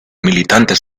militantes